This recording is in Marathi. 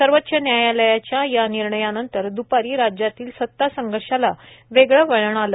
सर्वोच्च व्यायालयाच्या या विर्णयानंतर द्रपारी राज्यातील सत्ता संघर्षाला वेगळं वळण आलं